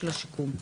של השיקום.